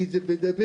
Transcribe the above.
כי זה בדמנו,